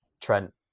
Trent